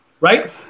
right